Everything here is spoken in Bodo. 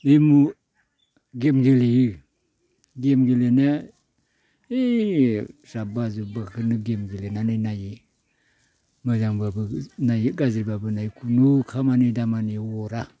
बे गेम गेलेयो गेम गेलेनाया बे जाबबा जुबबाखोनो गेम गेलेनानै नायो मोजांब्लाबो नायो गाज्रिब्लाबो नायो खुनु खामानि दामानियाव अरा